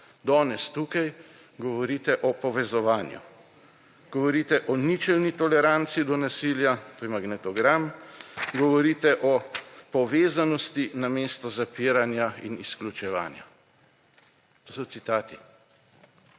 danes tukaj govorite o povezovanju, govorite o ničelni toleranci do nasilja – to je magnetogram –, govorite o povezanosti namesto zapiranja in izključevanja. To so citati.